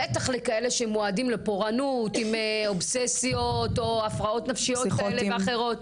בטח לכאלה שמועדים לפורענות עם אובססיות והפרעות נפשיות כאלו ואחרות.